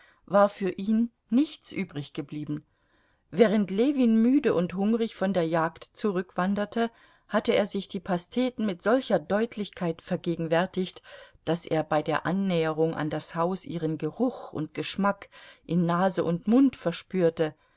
war für ihn nichts übriggeblieben während ljewin müde und hungrig von der jagd zurückwanderte hatte er sich die pasteten mit solcher deutlichkeit vergegenwärtigt daß er bei der annäherung an das haus ihren geruch und geschmack in nase und mund verspürte